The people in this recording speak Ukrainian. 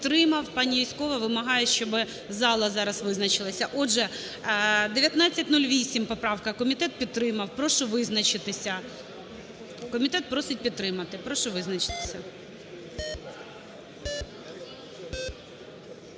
підтримав. Пані Юзькова вимагає, щоб зала зараз визначилася. Отже, 1908 поправка. Комітет підтримав. Прошу визначитися. Комітет просить підтримати. Прошу визначитися.